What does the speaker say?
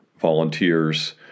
volunteers